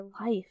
life